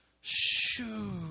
Shoo